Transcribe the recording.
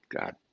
God